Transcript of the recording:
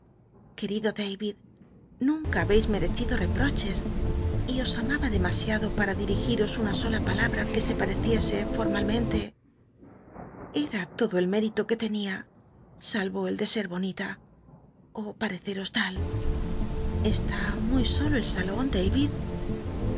querido david nunca habeis merecido reproches y os amaba demasiado para dirigiros una sola palabra que se pareciese formalmente era todo el mikito c uc ten ia salvo el de ser bonita ó pareceros tal est í muy solo el salon david